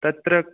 तत्र